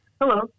hello